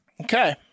Okay